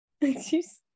Excuse